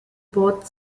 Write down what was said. both